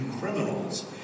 criminals